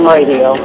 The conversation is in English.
Radio